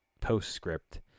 postscript